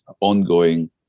ongoing